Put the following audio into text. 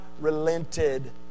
relented